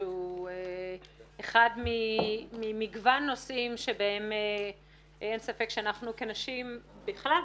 שהוא אחד ממגוון נושאים שבהם אין ספק שאנחנו כנשים בכלל,